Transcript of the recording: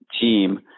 team